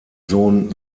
sohn